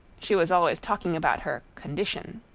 she was always talking about her condition.